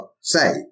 say